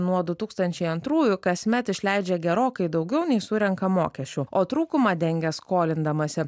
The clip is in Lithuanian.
nuo du tūkstančiai antrųjų kasmet išleidžia gerokai daugiau nei surenka mokesčių o trūkumą dengia skolindamasi